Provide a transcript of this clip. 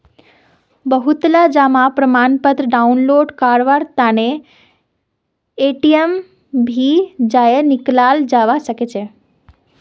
बहुतला जमा प्रमाणपत्र डाउनलोड करवार तने एटीएमत भी जयं निकलाल जवा सकछे